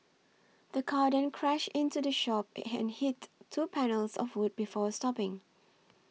the car then crashed into the shop and hit two panels of wood before stopping